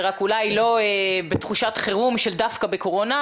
רק אולי לא בתחושת חירום של דווקא בקורונה,